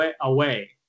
away